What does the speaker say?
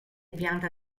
pianta